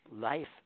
life